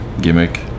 gimmick